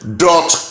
dot